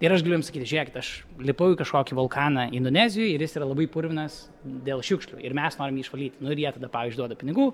ir aš galiu jiem sakyti žiūrėkit aš lipau į kažkokį vulkaną indonezijoj ir jis yra labai purvinas dėl šiukšlių ir mes norim jį išvalyti nu ir jie tada pavyzdžiui duoda pinigų